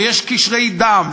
ויש קשרי דם,